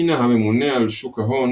מינה הממונה על שוק ההון